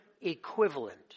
equivalent